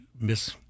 miss